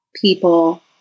people